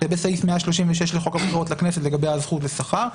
ובסעיף 136 לחוק הבחירות לכנסת לגבי הזכות לשכר.